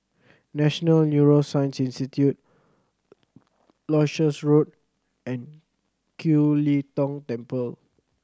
National Neuroscience Institute Leuchars Road and Kiew Lee Tong Temple